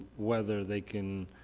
whether they can